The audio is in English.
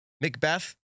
Macbeth